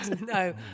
no